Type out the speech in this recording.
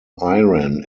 iran